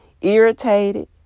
irritated